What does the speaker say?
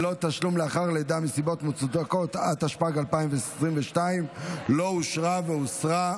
לידה מסיבות מוצדקות), התשפ"ג 2022, לא נתקבלה.